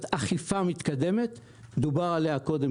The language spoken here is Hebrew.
אכיפה מתקדמת דובר עליה כאן קודם